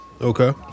Okay